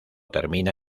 termina